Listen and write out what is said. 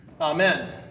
Amen